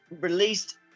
released